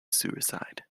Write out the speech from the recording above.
suicide